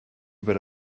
über